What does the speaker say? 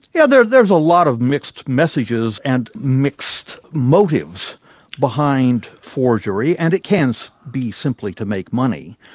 yeah there's there's a lot of mixed messages and mixed motives behind forgery, and it can so be simply to make money.